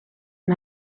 een